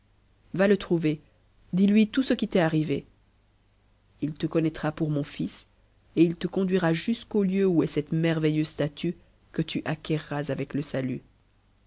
va le trouver dis-lui tout ce qui t'est arrivé il te connattra pour mon fils et il te conduira jusqu'au lieu où est cette merveilleuse statue que tu acquerras avec le salut